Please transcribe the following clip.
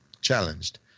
challenged